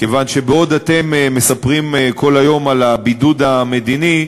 כיוון שבעוד אתם מספרים כל היום על הבידוד המדיני,